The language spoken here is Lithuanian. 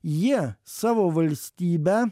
jie savo valstybę